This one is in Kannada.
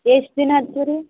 ಎಷ್ಟು ದಿನ ಆತದ ರೀ